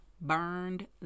burned